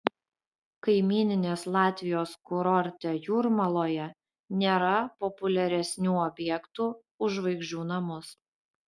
kaimyninės latvijos kurorte jūrmaloje nėra populiaresnių objektų už žvaigždžių namus